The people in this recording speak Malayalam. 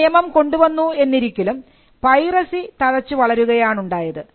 ഈ നിയമം കൊണ്ടുവന്നു എന്നിരിക്കിലും പൈറസി തഴച്ചു വളരുകയാണ് ഉണ്ടായത്